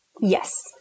Yes